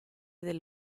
del